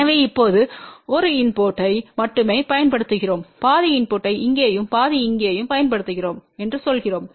எனவே இப்போது 1 இன் இன்புட்டை மட்டுமே பயன்படுத்துகிறோம் பாதி இன்புட்டை இங்கேயும் பாதி இங்கேயும் பயன்படுத்துகிறோம் என்று சொல்கிறோம்